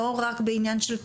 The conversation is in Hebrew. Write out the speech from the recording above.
לא רק בעניין של תלונות,